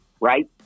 right